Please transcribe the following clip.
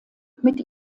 mit